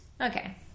Okay